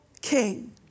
king